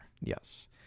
Yes